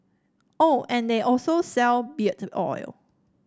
oh and they also sell beard oil